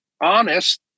honest